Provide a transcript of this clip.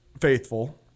faithful